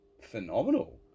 phenomenal